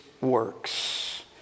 works